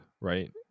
right